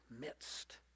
midst